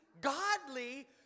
godly